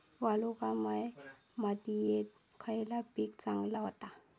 वालुकामय मातयेत खयला पीक चांगला होता?